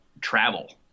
travel